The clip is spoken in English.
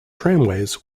tramways